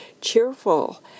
cheerful